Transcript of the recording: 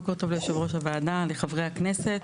בוקר טוב ליושב-ראש הוועדה ולחברי הכנסת.